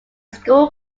school